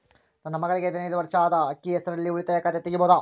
ನನ್ನ ಮಗಳಿಗೆ ಹದಿನೈದು ವರ್ಷ ಅದ ಅಕ್ಕಿ ಹೆಸರಲ್ಲೇ ಉಳಿತಾಯ ಖಾತೆ ತೆಗೆಯಬಹುದಾ?